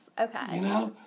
okay